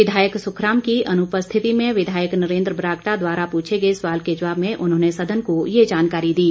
विधायक सुखराम की अनुपस्थिति में विधायक नरेंद्र बरागटा द्वारा पूछे गए सवाल के जवाब में उन्होंने सदन को ये जानकारी दी